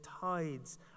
tides